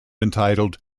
entitled